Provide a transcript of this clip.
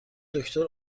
دکتر